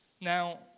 Now